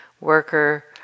worker